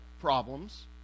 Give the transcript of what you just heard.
problems